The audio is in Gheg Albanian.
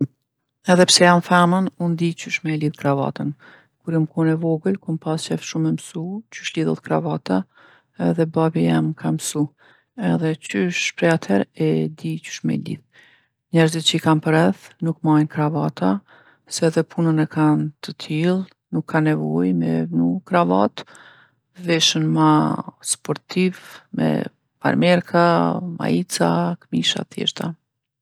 Edhe pse jam femën une di qysh me e lidhë kravatën. Kur jom kon e vogël kom pas qejf shumë me msu qysh lidhet kravata edhe babi jem m'ka msu. Edhe qysh prej atherë e di qysh me lidhë. Njerzit që i kam përreth nuk majnë kravata, se edhe punën e kanë të tillë, nuk kanë nevojë me vnu kravatë, veshën ma sportiv me farmerka, maica, kmisha t'thjeshta.